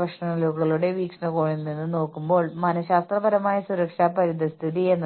വിശകലനം വഴി ജോലി വിവരിക്കുക എന്നതാണ്